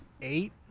Eight